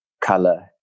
color